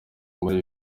muri